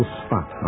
spot